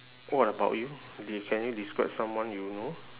what about you you can you describe someone you know